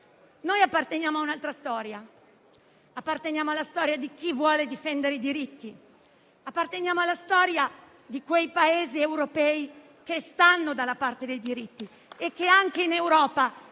Noi apparteniamo a un'altra storia, apparteniamo alla storia di chi vuole difendere i diritti, alla storia di quei Paesi europei che stanno dalla parte dei diritti e che in Europa